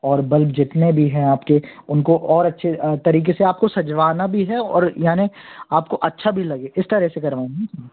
और बल्ब जितने भी हैं आपके उनको और अच्छे तरीके से आपको सजवाना भी है और यानि आपको अच्छा भी लगे इस तरह से करवाना है